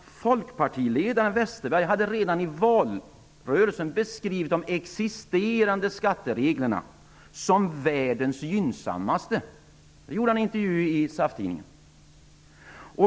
Folkpartiledaren Westerberg hade redan i valrörelsen beskrivit de existerande skattereglerna som världens gynnsammaste -- det gjorde han i en intervju i SAF-tidningen.